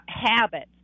habits